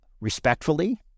respectfully